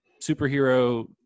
superhero